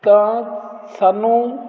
ਤਾਂ ਸਾਨੂੰ